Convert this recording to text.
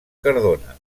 cardona